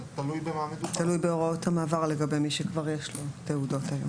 זה תלוי בהוראות המעבר לגבי מי שכבר יש לו תעודות.